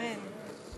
אמן.